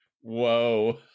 Whoa